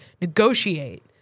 negotiate